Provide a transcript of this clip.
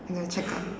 you know check up